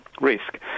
risk